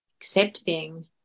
accepting